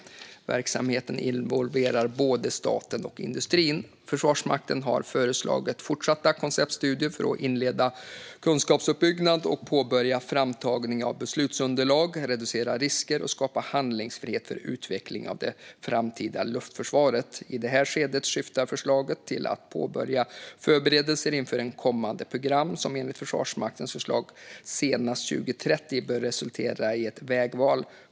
Verksamheten involverar både staten och industrin. Försvarsmakten har föreslagit fortsatta konceptstudier för att inleda kunskapsuppbyggnad och påbörja framtagning av beslutsunderlag, reducera risker och skapa handlingsfrihet för utvecklingen av det framtida luftförsvaret. I det här skedet syftar förslaget till att påbörja förberedelser inför ett kommande program, som enligt Försvarsmaktens förslag senast 2030 bör resultera i ett vägval.